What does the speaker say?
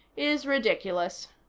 is ridiculous.